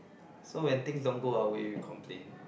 so when things don't go well we we complain